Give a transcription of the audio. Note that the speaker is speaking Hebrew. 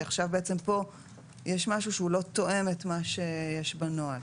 עכשיו בעצם פה יש משהו שהוא לא תואם את מה שיש בנוהל.